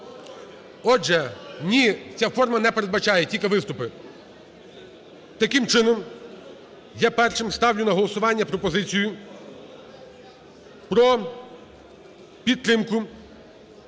Отже… ні, ця форма не передбачає, тільки виступи. Таким чином я першим ставлю на голосування пропозицію про підтримку,